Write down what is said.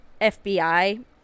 FBI